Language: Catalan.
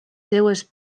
seves